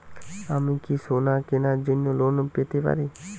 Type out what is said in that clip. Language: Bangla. আমি কি সোনা কেনার জন্য লোন পেতে পারি?